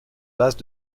bases